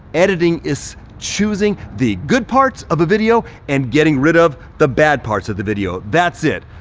editing is choosing the good parts of a video and getting rid of the bad parts of the video, that's it.